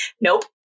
Nope